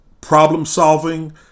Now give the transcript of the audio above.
problem-solving